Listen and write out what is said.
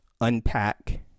unpack